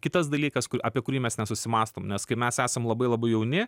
kitas dalykas apie kurį mes nesusimąstom nes kai mes esam labai labai jauni